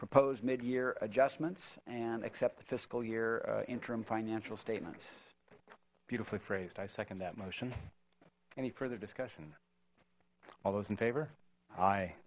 proposed mid year adjustments and accept the fiscal year interim financial statements beautifully phrased i second that motion any further discussion all those in favor hi